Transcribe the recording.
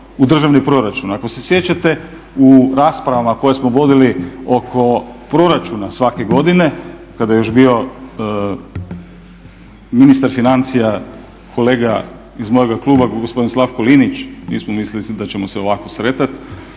u državni proračun. Ako se sjećate u raspravama koje smo vodili oko proračuna svake godine, kada je još bio ministar financija kolega iz mojega kluba gospodin Slavko Linić, nismo mislili da ćemo se ovako sretati